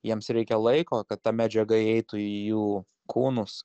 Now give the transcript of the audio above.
jiems reikia laiko kad ta medžiaga įeitų į jų kūnus